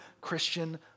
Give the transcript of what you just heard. Christian